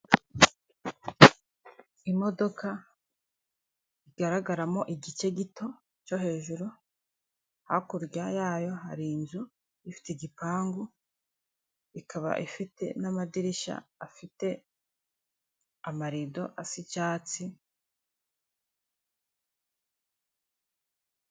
Imodoka igaragaramo igice gito cyo hejuru, hakurya yayo hari inzu ifite igipangu, ikaba ifite n'amadirishya afite amarido asa icyatsi.